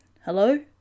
Hello